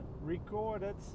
recorded